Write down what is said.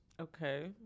Okay